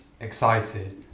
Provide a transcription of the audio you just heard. excited